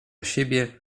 siebie